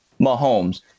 Mahomes